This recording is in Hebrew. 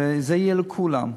וזה יהיה לכולם,